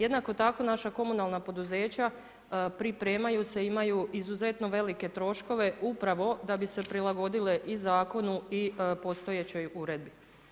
Jednako tako, naša komunalna poduzeća pripremaju se i imaju izuzetno velike troškove upravo da bi se prilagodile i zakonu i postojećoj uredbi.